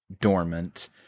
dormant